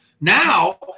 Now